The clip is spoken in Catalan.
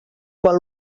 quan